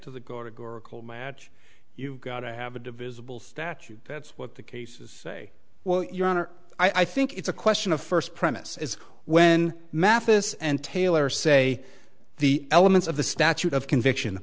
go to match you've got to have a divisible statute that's what the cases say well your honor i think it's a question of first premise is when mathis and taylor say the elements of the statute of conviction